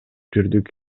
жүрдүк